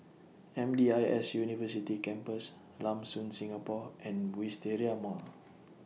M D I S University Campus Lam Soon Singapore and Wisteria Mall